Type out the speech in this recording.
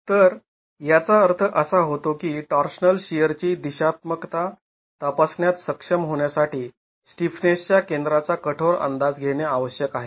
तर याचा अर्थ असा होतो की टॉर्शनल शिअर ची दिशात्मकता तपासण्यात सक्षम होण्यासाठी स्टिफनेसच्या केंद्राचा कठोर अंदाज घेणे आवश्यक आहे